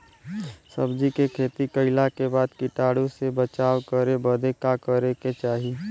सब्जी के खेती कइला के बाद कीटाणु से बचाव करे बदे का करे के चाही?